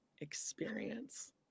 experience